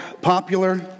popular